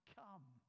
come